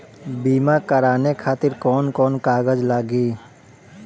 बीमा कराने खातिर कौन कौन कागज लागी?